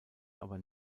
aber